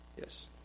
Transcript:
Yes